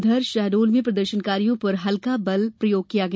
उधर शहडोल में प्रदर्शनकारियों पर हल्का बल प्रयोग किया गया